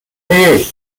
hey